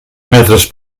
metres